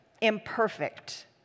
imperfect